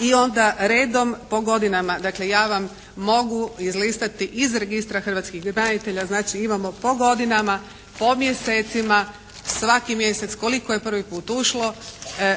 I onda redom po godinama dakle ja vam mogu izlistati iz registra hrvatskih branitelja. Znači imamo po godinama, po mjesecima svaki mjesec koliko je prvi put ušlo